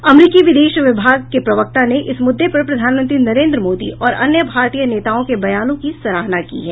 अमरीकी विदेश विभाग के प्रवक्ता ने इस मुद्दे पर प्रधानमंत्री नरेन्द्र मोदी और अन्य भारतीय नेताओं के बयानों की सराहना की है